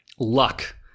Luck